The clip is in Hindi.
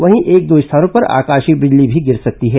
वहीं एक दो स्थानों पर आकाशीय बिजली भी गिर सकती है